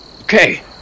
Okay